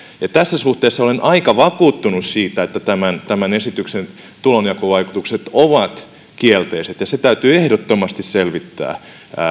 tässä suhteessa olen aika vakuuttunut siitä että tämän tämän esityksen tulonjakovaikutukset ovat kielteiset ja se täytyy ehdottomasti selvittää